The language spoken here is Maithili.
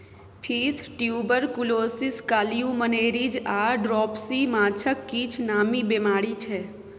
फिश ट्युबरकुलोसिस, काल्युमनेरिज आ ड्रॉपसी माछक किछ नामी बेमारी छै